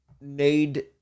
need